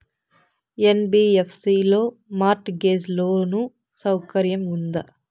NBFC లో mortgage loan సౌకర్యం ఉందా?